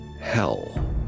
hell